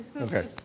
Okay